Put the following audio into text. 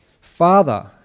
Father